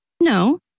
No